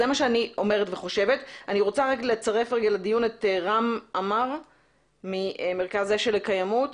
אני רוצה לצרף לדיון את רם עמר ממרכז ה.ש.ל לקיימות.